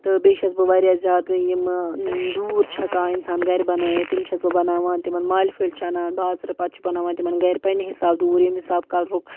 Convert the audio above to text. تہٕ بیٚیہِ چھَس بہٕ واریاہ زیادٕ یِمہٕ دوٗر چھِ ہٮ۪کان اِنسان گَرِ بنٲیِتھ تِم چھَس بہٕ بناوان تِمَن مالہِ پھٔلۍ چھِ اَنان بازرٕ پَتہٕ چھِ بناوان تِمَن گَرِ پَنٛنہِ حسابہٕ دوٗر ییٚمہِ حساب کَلرُک